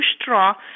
straw